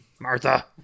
Martha